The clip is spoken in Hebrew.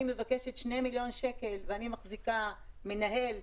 מבקשת 2 מיליון שקל ואני מחזיקה מנהל,